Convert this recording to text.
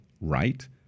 right